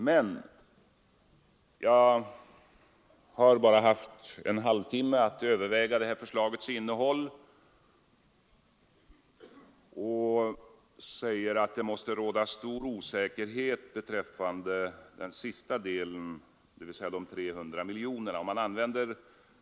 Men jag har bara haft en halvtimme på mig för att överväga förslagets innehåll, och jag säger att det måste råda stor osäkerhet beträffande den sista delen, dvs. de 300 miljonerna.